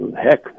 heck